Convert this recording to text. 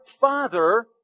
Father